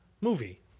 movie